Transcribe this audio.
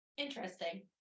Interesting